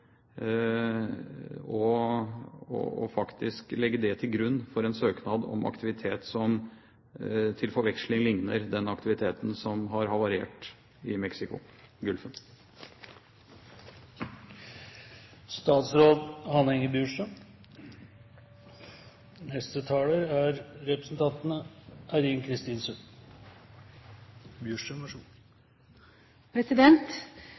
dette, og faktisk legge det til grunn for en søknad om en aktivitet som til forveksling ligner den aktiviteten som har havarert i